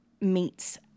meets